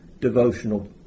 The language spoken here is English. devotional